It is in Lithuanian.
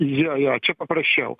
jo jo čia paprasčiau